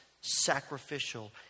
sacrificial